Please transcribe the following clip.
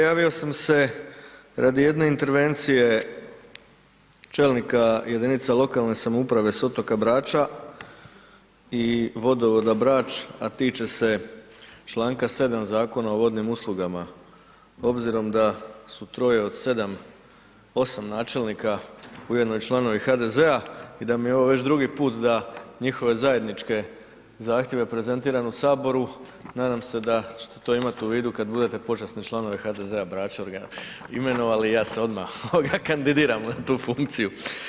Javio sam se radi jedne intervencije čelnika jedinice lokalne samouprave s otoka Brača i vodovoda Brač a tiče se članka 7. Zakona o vodnim uslugama obzirom da su troje od sedam, osam načelnika ujedno i članovi HDZ-a i da mi je ovo već drugi puta da njihove zajedničke zahtjeve prezentiram u Saboru, nadam se da ćete to imati u uvidu kad budete počasni članovi HDZ-a Brača ga imenovali, ja se odmah kandidiram na tu funkciju.